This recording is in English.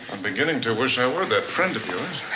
beginning to wish i were that friend of yours.